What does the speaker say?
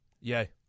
Yay